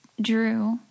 drew